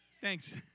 Thanks